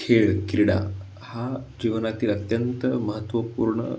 खेळ क्रीडा हा जीवनातील अत्यंत महत्वपूर्ण